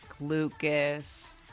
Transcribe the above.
Lucas